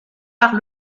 par